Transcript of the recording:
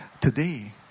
today